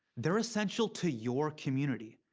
they're essential to your community.